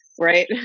right